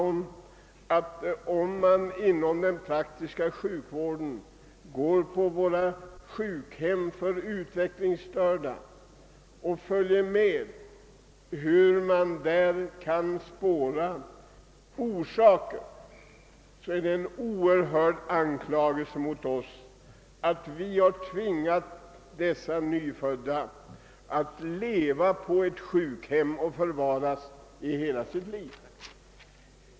Om vi besöker ett sjukhem för utvecklingsstörda skall vi känna det som en oerhörd anklagelse att vi tvingat dessa människor att från födelsen leva på ett sjukhem och förvaras där hela sitt liv.